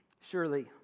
surely